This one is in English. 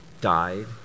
died